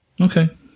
Okay